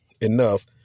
enough